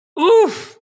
Oof